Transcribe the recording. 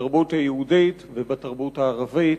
בתרבות היהודית ובתרבות הערבית